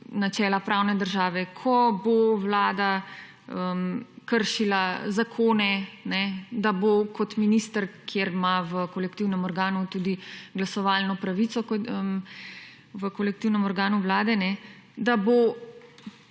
načela pravne države, ko bo vlada kršila zakone, ne, da bo kot minister, kjer ima v kolektivnem organu tudi glasovalno pravico, v kolektivnem organu vlade, ne, da bo